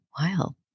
Wow